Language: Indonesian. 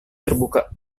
terbuka